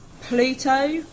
Pluto